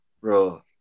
Bro